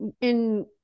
in-